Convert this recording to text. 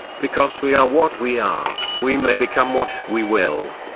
because we are what we are, we may become what we will.